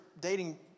dating